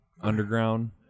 Underground